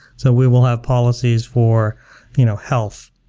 so we will have policies for you know health,